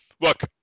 Look